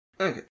Okay